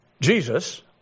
Jesus